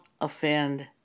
offend